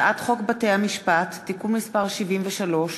הצעת חוק בתי-המשפט (תיקון מס' 73)